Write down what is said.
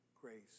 grace